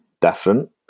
different